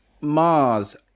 mars